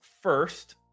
first